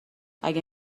اگه